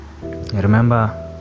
Remember